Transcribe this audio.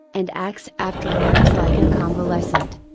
and acts afterwards like a convalescent.